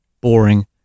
boring